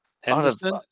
Henderson